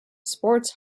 sports